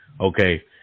Okay